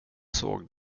såg